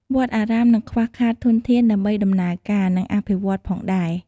វត្តអារាមនឹងខ្វះខាតធនធានដើម្បីដំណើរការ និងអភិវឌ្ឍន៍ផងដែរ។